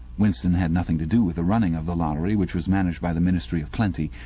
winston had nothing to do with the running of the lottery, which was managed by the ministry of plenty,